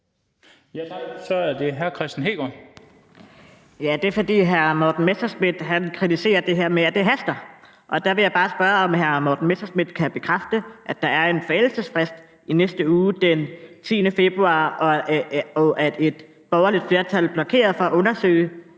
Det er, fordi hr. Morten Messerschmidt kritiserer det her med, at det haster. Der vil jeg bare spørge, om hr. Morten Messerschmidt kan bekræfte, at der er en forældelsesfrist i næste uge, den 10. februar, og at et borgerligt flertal blokerede for at undersøge